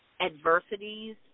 adversities